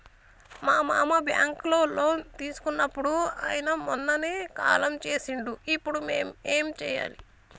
మా మామ బ్యాంక్ లో లోన్ తీసుకున్నడు అయిన మొన్ననే కాలం చేసిండు ఇప్పుడు మేం ఏం చేయాలి?